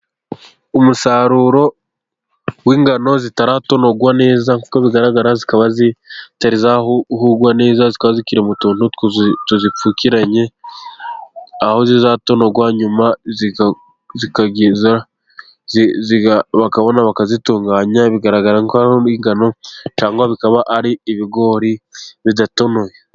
Umusaruro w'ingano zitaratonorwa neza, nkuko bigaragara zikaba zitari zahurwa neza, zikaba zikiri mu tuntu tuzipfukiranye, aho zizatonorwa nyuma bakabona bakazitunganya, bigaragara ko hari ingano cyangwa bikaba ari ibigori bidatonoye.